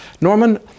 Norman